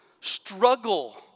struggle